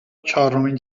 چهارمین